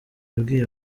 yabwiye